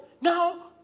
Now